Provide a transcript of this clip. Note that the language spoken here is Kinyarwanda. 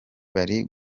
bari